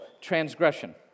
transgression